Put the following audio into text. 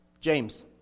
James